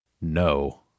No